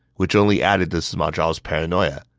which only added to sima zhao's paranoia.